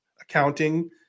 accounting